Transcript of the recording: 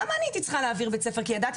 הייתי צריכה להעביר בית ספר כי ידעתי